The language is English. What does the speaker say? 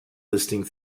listening